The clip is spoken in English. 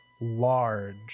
Large